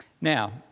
Now